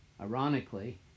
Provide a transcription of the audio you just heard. Ironically